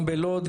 גם בלוד,